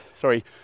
Sorry